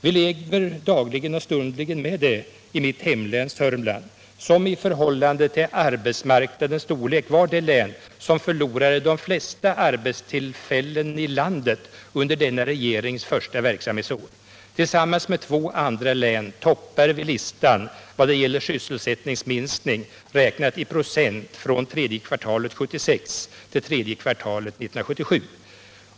Vi lever dagligen och stundligen med detta i mitt hemlän Sörmland, som i förhållande till arbetsmarknadens storlek var det län som förlorade de flesta arbetstillfällena i landet under denna regerings första verksamhetsår. Tillsammans med två andra län toppar vi listan vad gäller sysselsättningsminskning beräknad i procent från tredje kvartalet 1976 till tredje kvartalet 1977.